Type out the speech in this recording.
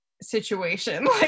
situation